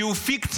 כי הוא פיקציה.